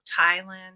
Thailand